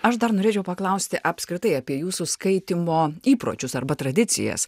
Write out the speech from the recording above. aš dar norėčiau paklausti apskritai apie jūsų skaitymo įpročius arba tradicijas